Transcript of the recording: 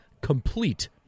complete